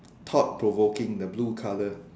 thought provoking the blue colour